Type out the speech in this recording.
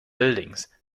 buildings